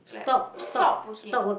like stop working